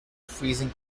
freezing